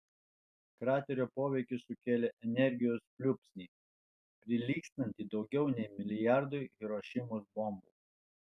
kraterio poveikis sukėlė energijos pliūpsnį prilygstantį daugiau nei milijardui hirošimos bombų